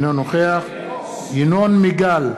אינו נוכח ינון מגל,